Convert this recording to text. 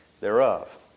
Thereof